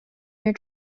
your